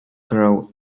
grow